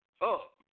up